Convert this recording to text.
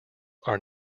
are